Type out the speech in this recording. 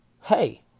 hey